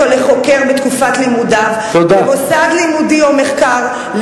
או לחוקר בתקופת לימודיו במוסד לימודי או מחקרי,